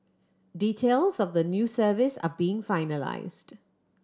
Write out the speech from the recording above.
details of the new service are being finalised